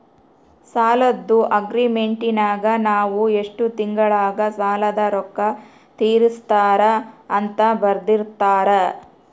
ಸಾಲದ್ದು ಅಗ್ರೀಮೆಂಟಿನಗ ನಾವು ಎಷ್ಟು ತಿಂಗಳಗ ಸಾಲದ ರೊಕ್ಕ ತೀರಿಸುತ್ತಾರ ಅಂತ ಬರೆರ್ದಿರುತ್ತಾರ